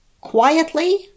Quietly